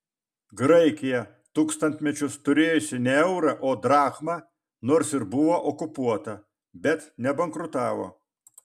graikija tūkstantmečius turėjusi ne eurą o drachmą nors ir buvo okupuota bet nebankrutavo